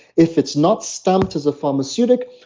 if it's not stumped as a pharmaceutic,